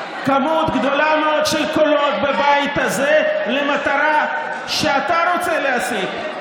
כמות גדולה מאוד של קולות בבית הזה למטרה שאתה רוצה להשיג.